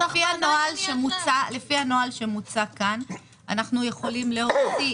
לפי הנוהל שמוצע פה אנו יכולים להוציא